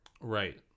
Right